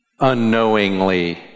unknowingly